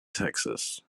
texas